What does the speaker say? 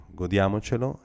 godiamocelo